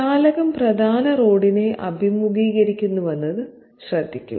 ജാലകം പ്രധാന റോഡിനെ അഭിമുഖീകരിക്കുന്നുവെന്നത് ശ്രദ്ധിക്കുക